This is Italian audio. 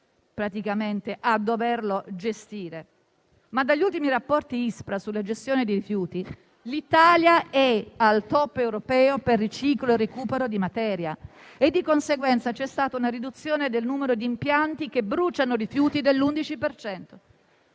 dobbiamo essere noi a gestirlo. Dagli ultimi rapporti ISPRA sulla gestione dei rifiuti, però, l'Italia è al *top* europeo per riciclo e recupero di materia e, di conseguenza, c'è stata una riduzione del numero di impianti che bruciano rifiuti dell'11